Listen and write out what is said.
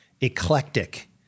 eclectic